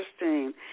interesting